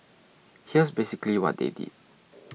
here's basically what they did